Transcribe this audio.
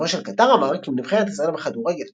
דובר של קטר אמר כי אם נבחרת ישראל בכדורגל